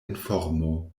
informo